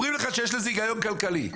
אומרים לך שיש לזה היגיון כלכלי.